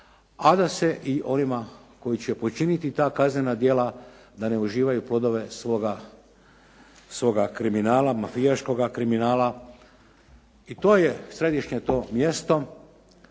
a da se i ovima koji će počiniti ta kaznena djela da ne uživaju plodove svoga kriminala, mafijaškoga kriminala i to je središnje to mjesto